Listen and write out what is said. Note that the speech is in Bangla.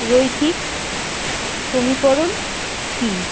রৈখিক সমীকরণ কী